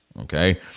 Okay